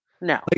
No